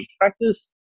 practice